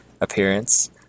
appearance